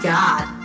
God